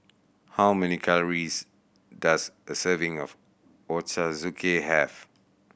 how many calories does a serving of Ochazuke have